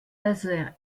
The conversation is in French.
laser